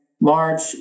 large